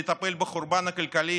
לטפל בחורבן הכלכלי